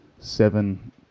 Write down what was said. seven